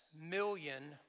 million